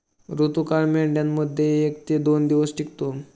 ऋतुकाळ मेंढ्यांमध्ये एक ते दोन दिवस टिकतो